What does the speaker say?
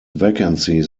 vacancies